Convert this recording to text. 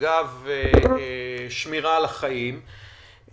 אגב שמירה על החיים,